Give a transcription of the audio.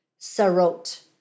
Sarot